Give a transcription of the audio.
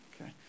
Okay